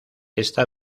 esta